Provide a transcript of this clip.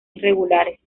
irregulares